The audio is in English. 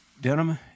denim